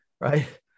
right